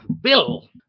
Bill